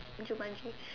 Jumanji